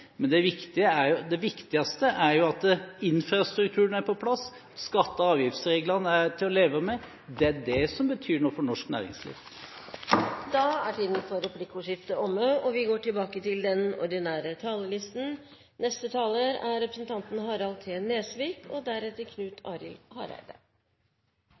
Men det viktigste er jo at infrastrukturen er på plass, og at skatte- og avgiftsreglene er til å leve med. Det er det som betyr noe for norsk næringsliv. Replikkordskiftet er omme. Først av alt vil jeg også få lov til å takke min regjeringskollega fra Høyre, Trond Helleland, for samarbeidet, men jeg vil ikke minst også få si takk til Kristelig Folkepartis Knut Arild Hareide